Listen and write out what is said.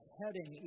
heading